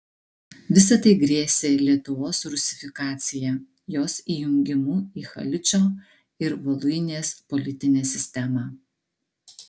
visa tai grėsė lietuvos rusifikacija jos įjungimu į haličo ir voluinės politinę sistemą